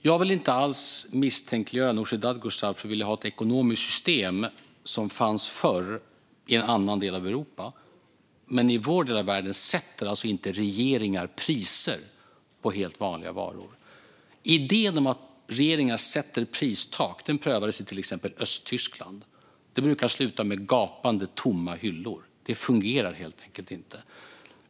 Herr talman! Jag vill inte alls misstänkliggöra Nooshi Dadgostar för att vilja ha ett ekonomiskt system som fanns förr i en annan del av Europa. Men i vår del av världen sätter alltså inte regeringar priser på helt vanliga varor. Idén om att regeringar sätter pristak prövades i till exempel Östtyskland. Det brukar sluta med gapande tomma hyllor. Det fungerar helt enkelt inte.